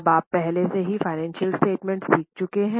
अब आप पहले से ही फ़ाइनेंशियल स्टेटमेंट सीख चुके हैं